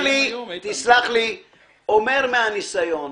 אומר מהניסיון